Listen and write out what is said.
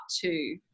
two